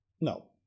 no